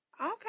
okay